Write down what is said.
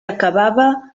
acabava